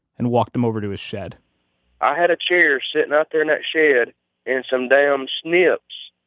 and walked him over to his shed i had a chair sitting out there in that shed and some damn snips,